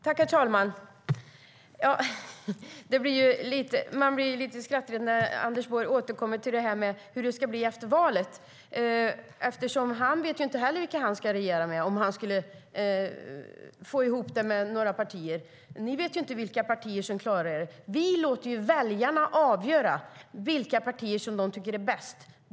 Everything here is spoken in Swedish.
Herr talman! Det är lite skrattretande när Anders Borg återkommer till hur det ska bli efter valet. Han vet inte heller vilka han ska regera med om han skulle få ihop det med några partier. Ni vet inte vilka partier som klarar sig. Vi låter väljarna avgöra vilka partier som de tycker är bäst.